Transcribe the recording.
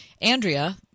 Andrea